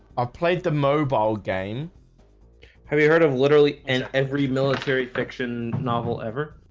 i played the mobile game have you heard of literally in every military fiction novel ever?